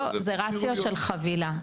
זה רציונל של חבילה.